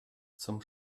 zum